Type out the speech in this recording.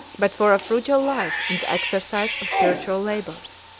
but for a frugal life in the exercise of spiritual labors.